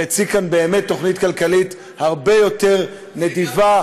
והציג כאן באמת תוכנית כלכלית הרבה יותר נדיבה,